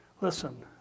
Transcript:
Listen